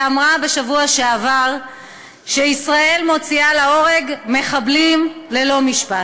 שאמרה בשבוע שעבר שישראל מוציאה להורג מחבלים ללא משפט.